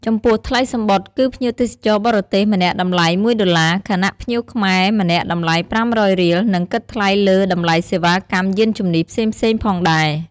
ចំពោះថ្លៃសំបុត្រ គឺភ្ញៀវទេសចរបរទេសម្នាក់តម្លៃមួយដុល្លារ ខណ:ភ្ញៀវខ្មែរម្នាក់តម្លៃប្រាំរយរៀល និងគិតថ្លៃលើតម្លៃសេវាកម្មយានជំនិះផ្សេងៗផងដែរ។